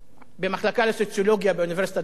במחלקה לסוציולוגיה באוניברסיטת חיפה,